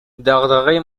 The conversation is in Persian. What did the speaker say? دغدغه